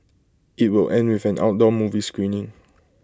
IT will end with an outdoor movie screening